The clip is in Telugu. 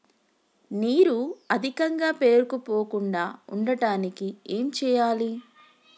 నీరు అధికంగా పేరుకుపోకుండా ఉండటానికి ఏం చేయాలి?